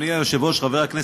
ואני אומר לך,